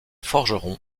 forgeron